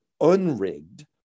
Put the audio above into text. Unrigged